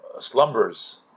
slumbers